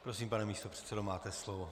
Prosím, pane místopředsedo, máte slovo.